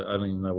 i mean,